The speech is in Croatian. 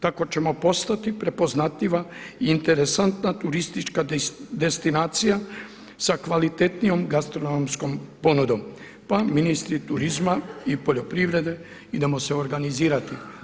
Tako ćemo postati prepoznatljiva i interesantna turistička destinacija sa kvalitetnijom gastronomskom ponudom, pa ministri turizma i poljoprivrede idemo se organizirati.